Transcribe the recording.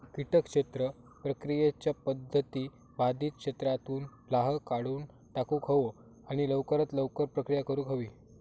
किटक क्षेत्र प्रक्रियेच्या पध्दती बाधित क्षेत्रातुन लाह काढुन टाकुक हवो आणि लवकरात लवकर प्रक्रिया करुक हवी